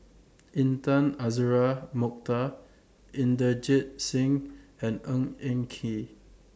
Intan Azura Mokhtar Inderjit Singh and Ng Eng Kee